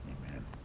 Amen